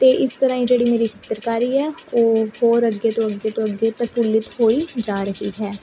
ਅਤੇ ਇਸ ਤਰ੍ਹਾਂ ਹੀ ਜਿਹੜੀ ਮੇਰੀ ਚਿੱਤਰਕਾਰੀ ਹੈ ਉਹ ਹੋਰ ਅੱਗੇ ਤੋਂ ਅੱਗੇ ਤੋਂ ਅੱਗੇ ਪ੍ਰਫੁੱਲਿਤ ਹੋਈ ਜਾ ਰਹੀ ਹੈ